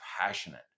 passionate